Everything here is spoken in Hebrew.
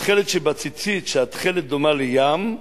שתכלת שבציצית, שהתכלת דומה לים,